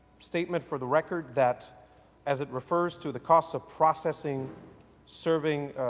statement for the record that as it refers to the cost of processing serving,